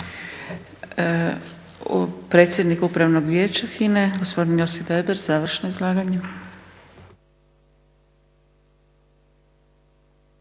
Predsjednik Upravnog vijeća HINA-e, gospodin Josip Veber završno izlaganje.